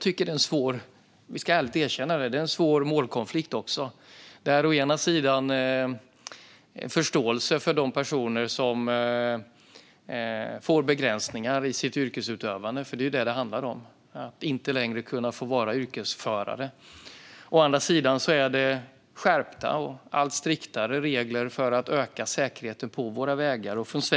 Det är en svår målkonflikt - det ska vi alltid erkänna - med å ena sidan förståelse för de personer som får begränsningar i sitt yrkesutövande, för det handlar ju om att inte längre få vara yrkesförare, och å andra sidan skärpta och allt striktare regler för att öka säkerheten på våra vägar.